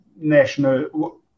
national